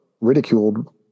ridiculed